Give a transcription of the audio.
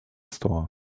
store